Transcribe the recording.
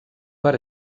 per